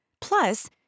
Plus